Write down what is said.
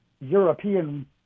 European